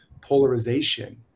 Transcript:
polarization